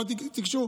אבל תיגשו,